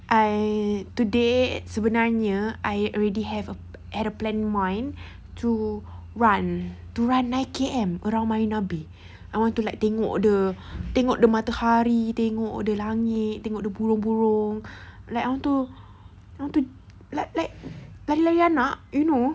I today sebenarnya I already have a had a plan in mind to run to run nine K_M around marina bay I want to like tengok the tengok the matahari tengok the langit tengok the burung-burung like I want to I want to like like like like run up you know